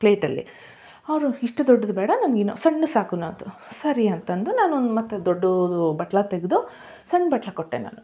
ಪ್ಲೇಟಲ್ಲಿ ಅವರು ಇಷ್ಟು ದೊಡ್ಡದ್ದು ಬೇಡ ನನಗಿನ್ನೂ ಸಣ್ಣ ಸಾಕು ಅಂತೂ ಸರಿ ಅಂತ ಅಂದು ನಾನು ಒಂದು ಮತ್ತು ದೊಡ್ಡದು ಬಟ್ಲು ತೆಗೆದು ಸಣ್ಣ ಬಟ್ಲು ಕೊಟ್ಟೆ ನಾನು